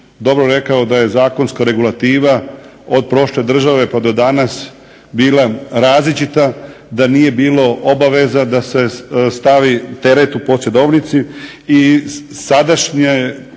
dobro rekao da je zakonska regulativa od prošle države pa do danas bila različita, da nije bilo obaveza da se stavi teret u posjedovnici i sadašnje